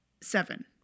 Seven